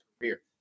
career